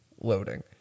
loading